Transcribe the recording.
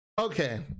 okay